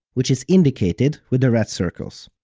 which is indicated with the red circles.